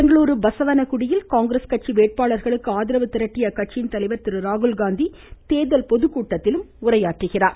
பெங்களூரு பசவனகுடியில் காங்கிரஸ் கட்சி வேட்பாளர்களுக்கு ஆதரவு திரட்டிய அக்கட்சியின் தலைவர் திரு ராகுல்காந்தி தேர்தல் பொதுக்கூட்டத்திலும் உரையாற்றினார்